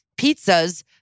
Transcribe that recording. pizzas